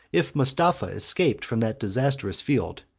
if mustapha escaped from that disastrous field,